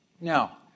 Now